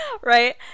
Right